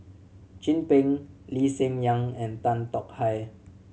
Chin Peng Lee Hsien Yang and Tan Tong Hye